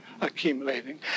accumulating